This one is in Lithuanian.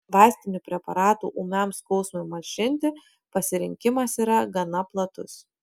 vaistinių preparatų ūmiam skausmui malšinti pasirinkimas yra gana platus